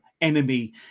enemy